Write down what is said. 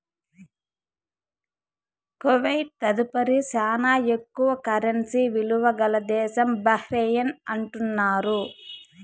Kuwait తదుపరి శానా ఎక్కువ కరెన్సీ ఇలువ గల దేశం బహ్రెయిన్ అంటున్నారు